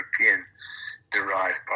European-derived